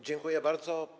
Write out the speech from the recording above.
Dziękuję bardzo.